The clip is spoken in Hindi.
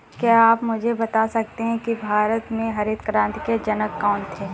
क्या आप मुझे बता सकते हैं कि भारत में हरित क्रांति के जनक कौन थे?